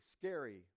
scary